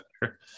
better